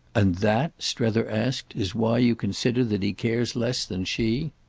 and that, strether asked, is why you consider that he cares less than she?